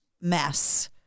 mess